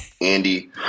Andy